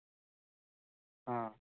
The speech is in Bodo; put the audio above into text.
अ